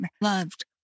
loved